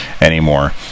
anymore